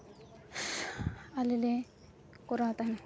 ᱟᱞᱮᱞᱮ ᱠᱚᱨᱟᱣ ᱛᱟᱦᱮᱱᱟ